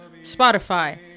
Spotify